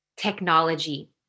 Technology